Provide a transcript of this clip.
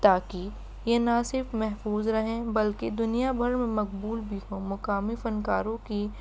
تاکہ یہ نہ صرف محفوظ رہیں بلکہ دنیا بھر میں مقبول بھی ہوں مقامی فنکاروں کی